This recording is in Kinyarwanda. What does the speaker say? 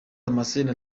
damascene